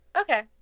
Okay